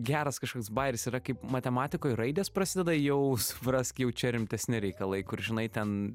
geras kažkoks bajeris yra kaip matematikoj raidės prasideda jau suprask jau čia rimtesni reikalai kur žinai ten